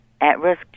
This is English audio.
At-risk